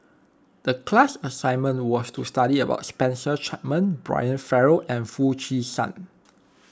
the class assignment was to study about Spencer Chapman Brian Farrell and Foo Chee San